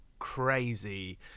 Crazy